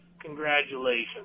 Congratulations